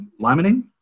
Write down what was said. limonene